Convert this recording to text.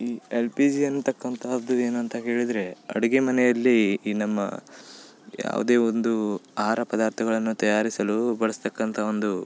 ಈ L P G ಅನ್ತಕ್ಕಂಥದ್ದು ಏನು ಅಂತ ಹೇಳಿದರೆ ಅಡುಗೆ ಮನೆಯಲ್ಲಿ ಈ ನಮ್ಮ ಯಾವುದೇ ಒಂದು ಆಹಾರ ಪದಾರ್ಥಗಳನ್ನು ತಯಾರಿಸಲು ಬಳಸತಕ್ಕಂಥ ಒಂದು